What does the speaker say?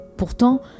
Pourtant